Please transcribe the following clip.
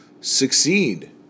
succeed